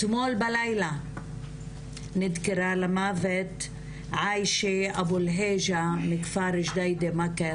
אתמול בלילה נדקרה למוות עיישה אבו אל היג'א מכפר ג'דיידה מכר,